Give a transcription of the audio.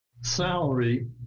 salary